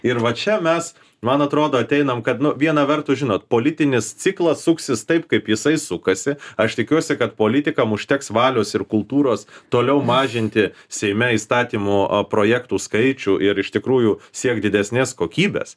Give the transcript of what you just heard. ir va čia mes man atrodo ateinam kad nu viena vertus žinot politinis ciklas suksis taip kaip jisai sukasi aš tikiuosi kad politikam užteks valios ir kultūros toliau mažinti seime įstatymo projektų skaičių ir iš tikrųjų siekt didesnės kokybės